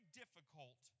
difficult